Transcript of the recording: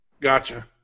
Gotcha